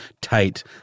tight